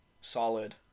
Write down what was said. Solid